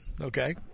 Okay